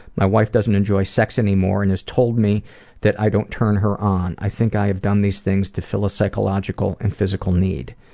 my wife doesn't enjoy sex anymore and has told me that i don't turn her on. i think i have done these things to fill a psychological and physical need.